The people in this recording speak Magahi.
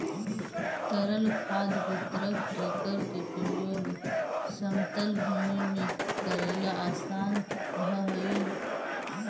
तरल खाद वितरक टेंकर के प्रयोग समतल भूमि में कऽरेला असान रहऽ हई